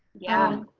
yeah.